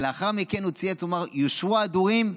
שלאחר מכן הוא צייץ ואמר: יושרו ההדורים,